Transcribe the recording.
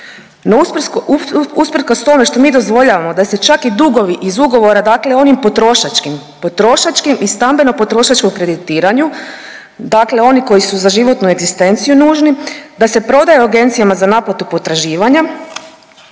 No, usprkos tome što mi dozvoljavamo da se čak i dugovi iz ugovora, dakle oni potrošačkim, potrošačkim i stambeno potrošačkom kreditiranju, dakle oni koji su za životnu egzistenciju nužni, da se prodaju agencijama za naplatu potraživanja